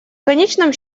конечном